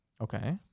Okay